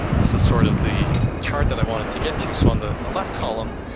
this is sort of the chart that i wanted to get to. so on the and the left column,